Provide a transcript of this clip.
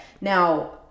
Now